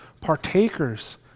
partakers